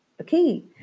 Okay